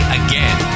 again